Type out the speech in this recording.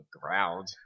ground